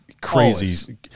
crazy